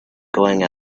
going